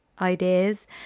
ideas